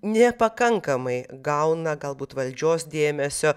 nepakankamai gauna galbūt valdžios dėmesio